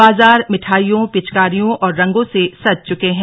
बाजार मिठाईयों पिचकारियों और रंगों से सज चुके हैं